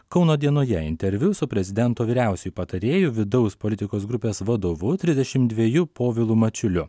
kauno dienoje interviu su prezidento vyriausiuoju patarėju vidaus politikos grupės vadovu trisdešim dviejų povilu mačiuliu